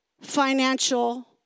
financial